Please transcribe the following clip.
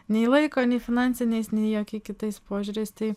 nei laiko nei finansiniais nei jokie kitais požiūriais tai